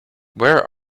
where